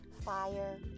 fire